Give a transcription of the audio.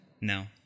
No